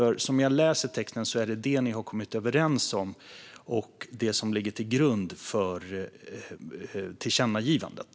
Som jag läser texten är det detta ni har kommit överens om och som ligger till grund för tillkännagivandet.